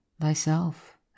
thyself